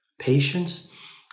Patience